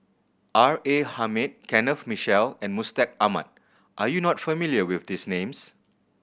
R A Hamid Kenneth Mitchell and Mustaq Ahmad are you not familiar with these names